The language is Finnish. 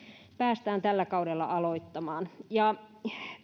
päästään tällä kaudella aloittamaan